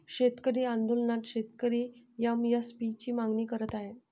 शेतकरी आंदोलनात शेतकरी एम.एस.पी ची मागणी करत आहे